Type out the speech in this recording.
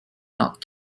not